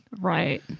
Right